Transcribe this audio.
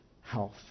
health